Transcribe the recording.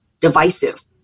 divisive